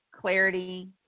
clarity